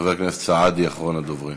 חבר הכנסת סעדי, אחרון הדוברים.